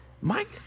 Mike